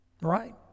right